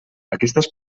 aquestes